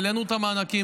העלינו את המענקים,